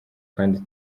kandi